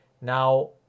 Now